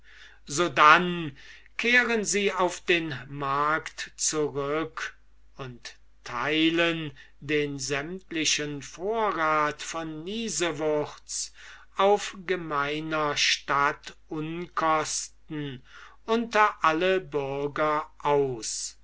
sodann kehren sie auf den markt zurück und teilen den sämtlichen vorrat von niesewurz auf gemeiner stadt unkosten unter alle bürger aus